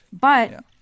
But-